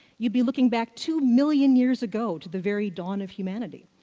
you'd be looking back two million years ago, to the very dawn of humanity.